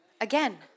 Again